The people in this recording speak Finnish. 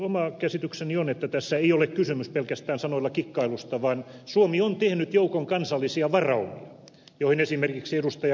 oma käsitykseni on että tässä ei ole kysymys pelkästään sanoilla kikkailusta vaan suomi on tehnyt joukon kansallisia varaumia joihin esimerkiksi ed